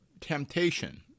temptation